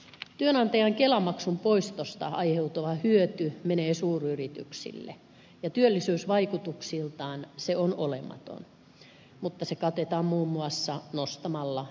työnantajan kelamaksun poistosta aiheutuva hyöty menee suuryrityksille ja työllisyysvaikutuksiltaan se on olematon mutta se katetaan muun muassa nostamalla energiaveroja